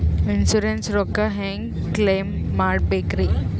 Insurance ರೊಕ್ಕ ಹೆಂಗ claim ಮಾಡ್ಬೇಕ್ರಿ?